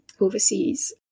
Overseas